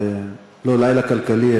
לא לילה כלכלי,